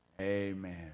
Amen